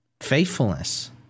faithfulness